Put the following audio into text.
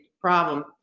problem